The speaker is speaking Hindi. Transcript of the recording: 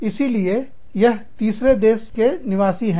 इसीलिए यह तीसरे देश के निवासी हैं